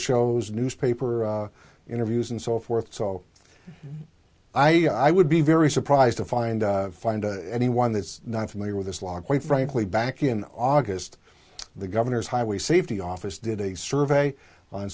shows newspaper interviews and so forth so i i would be very surprised to find find anyone that is not familiar with this law quite frankly back in august the governor's highway safety office did a survey on